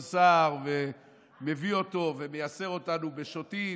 סער ומביא אותו ומייסר אותנו בשוטים,